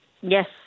Yes